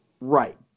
Right